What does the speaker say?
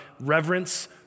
reverence